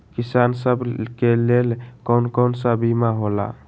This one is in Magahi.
किसान सब के लेल कौन कौन सा बीमा होला?